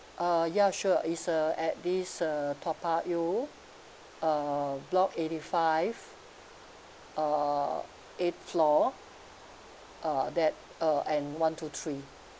uh ya sure uh at this uh toh payoh uh block eighty five uh eighth floor uh that uh and one two three